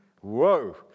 whoa